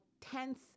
tense